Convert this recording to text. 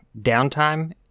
downtime